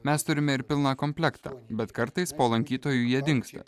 mes turime ir pilną komplektą bet kartais po lankytojų jie dingsta